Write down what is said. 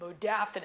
modafinil